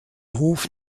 hof